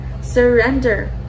surrender